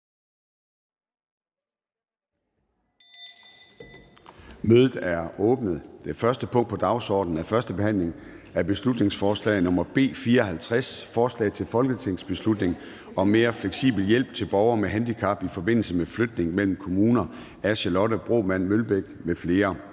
Mødet er åbnet. --- Det første punkt på dagsordenen er: 1) 1. behandling af beslutningsforslag nr. B 54: Forslag til folketingsbeslutning om mere fleksibel hjælp til borgere med handicap i forbindelse med flytning mellem kommuner. Af Charlotte Broman Mølbæk (SF) m.fl.